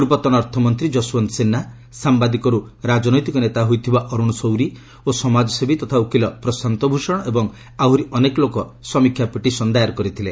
ପୂର୍ବତନ ଅର୍ଥମନ୍ତ୍ରୀ ଯଶଓ୍ୱନ୍ତ ସିହ୍ୱା ସାମ୍ବାଦିକରୁ ରାଜନୈତିକ ନେତା ହୋଇଥିବା ଅରୁଣ ସୌରୀ ଓ ସମାଜସେବୀ ତଥା ଓକିଲ ପ୍ରଶାନ୍ତ ଭୂଷଣ ଏବଂ ଆହୁରି ଅନେକ ଲୋକ ସମୀକ୍ଷା ପିଟିସନ୍ ଦାୟର୍ କରିଥିଲେ